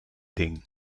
ding